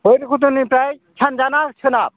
भैरबकुन्द'निफ्राय सानजा ना सोनाब